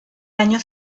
año